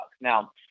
Now